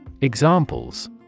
Examples